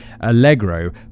allegro